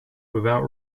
without